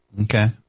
Okay